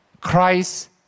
Christ